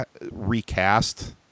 recast